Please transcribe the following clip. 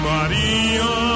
Maria